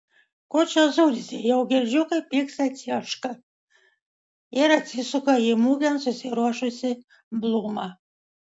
ko čia zurzi jau girdžiu kaip pyksta cieška ir atsisuka į mugėn susiruošusį blūmą